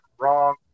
wrong